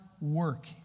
work